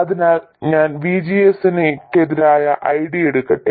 അതിനാൽ ഞാൻ VGS യ്ക്കെതിരായ ID എടുക്കട്ടെ